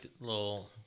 little